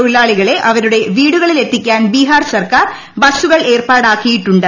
തൊഴിലാളികളെ അവരുടെ വീടുകളിലെത്തിക്കാൻ ബീഹാർ സർക്കാർ ബസുകൾ ഏർപ്പാടാക്കിയിട്ടുണ്ട്